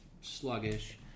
sluggish